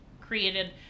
created